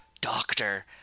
Doctor